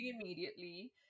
immediately